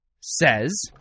says